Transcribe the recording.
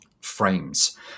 frames